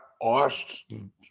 Austin